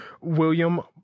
William